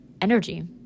energy